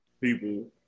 people